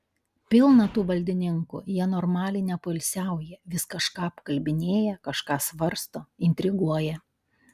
pilna tų valdininkų jie normaliai nepoilsiauja vis kažką apkalbinėja kažką svarsto intriguoja